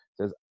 says